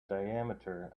diameter